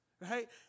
right